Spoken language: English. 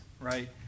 right